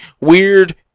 weird